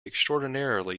extraordinarily